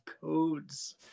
codes